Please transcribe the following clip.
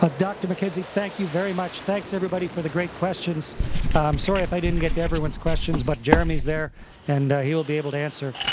ah dr. mckenzie, thank you very much. thanks, everybody, for the great questions. i'm sorry if i didn't get to everyone's questions, but jeremy's there and he'll be able to answer.